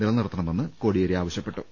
നിലനിർത്തണമെന്ന് കോടിയേരി ആവശ്യ പ്പെട്ടു